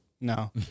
No